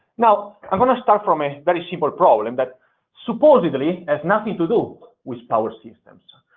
now i'm going to start from a very simple problem that supposedly has nothing to do with power systems.